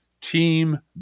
Team